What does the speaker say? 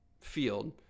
field